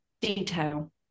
detail